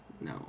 No